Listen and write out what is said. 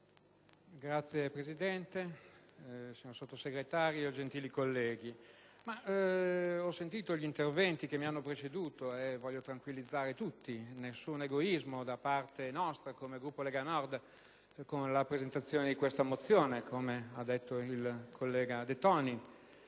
Signor Presidente, signor Sottosegretario, gentili colleghi, ho ascoltato i senatori che mi hanno preceduto e desidero tranquillizzare tutti: nessun egoismo da parte del Gruppo Lega Nord con la presentazione di questa mozione, come affermato dal collega De Toni,